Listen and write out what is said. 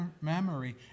memory